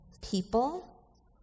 people